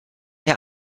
der